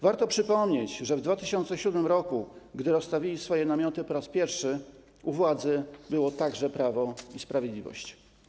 Warto przypomnieć, że w 2007 r., gdy rozstawili swoje namioty po raz pierwszy, u władzy także było Prawo i Sprawiedliwość.